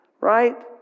right